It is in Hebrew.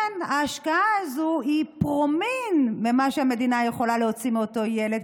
ההשקעה הזאת היא פרומיל ממה שהמדינה יכולה להוציא מאותו ילד,